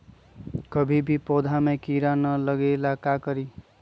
कभी भी पौधा में कीरा न लगे ये ला का करी?